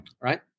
Right